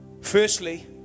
Firstly